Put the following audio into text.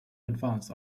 advance